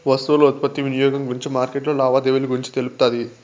వస్తువుల ఉత్పత్తి వినియోగం గురించి మార్కెట్లో లావాదేవీలు గురించి తెలుపుతాది